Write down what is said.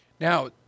Now